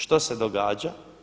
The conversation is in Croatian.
Što se događa?